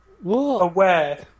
Aware